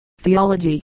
theology